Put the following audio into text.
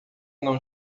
não